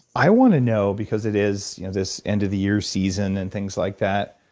i want to know, because it is this end of the year season, and things like that,